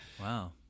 Wow